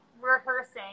rehearsing